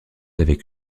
avec